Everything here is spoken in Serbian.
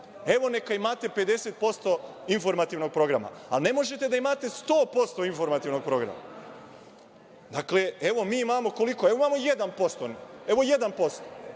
Evo, neka imate 50% informativnog programa, ali, ne možete da imate 100% informativnog programa. Neka mi imamo 1%, ali, da imamo 1%